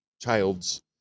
child's